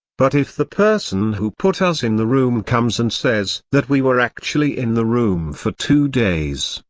but if the person who put us in the room comes and says that we were actually in the room for two days,